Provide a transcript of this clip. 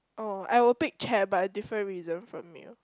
oh I will pick chair but a different reason from you